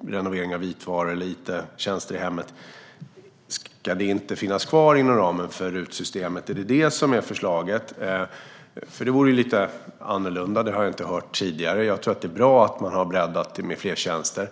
när det gäller om it-tjänster i hemmet eller renovering av vitvaror ska finnas kvar inom ramen för RUT-systemet. Är det detta som är förslaget? Det vore ju lite annorlunda. Det har jag inte hört tidigare. Jag tror att det är bra att man har breddat RUT med fler tjänster.